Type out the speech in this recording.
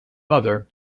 mother